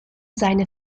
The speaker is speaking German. seine